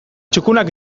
txukunak